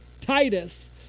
Titus